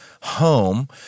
home